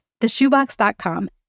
theshoebox.com